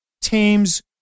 teams